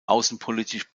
außenpolitisch